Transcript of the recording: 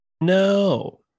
No